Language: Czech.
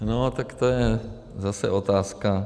No tak to je zase otázka.